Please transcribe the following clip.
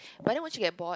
but then once you get bored